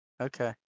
okay